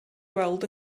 weld